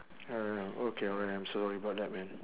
alright okay alright I'm sorry about that man